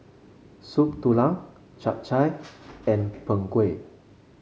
Soup Tulang Chap Chai and Png Kueh